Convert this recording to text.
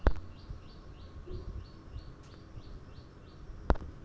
আমি কিভাবে দীর্ঘ সময়ের জন্য এক লাখ টাকা জমা করতে পারি?